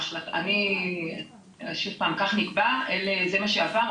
זה מה שעבר,